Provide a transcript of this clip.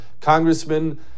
Congressman